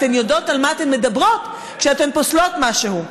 אתן יודעות על מה אתן מדברות כשאתן פוסלות משהו.